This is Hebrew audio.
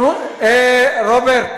רוברט,